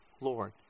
Lord